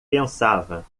pensava